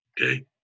okay